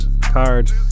card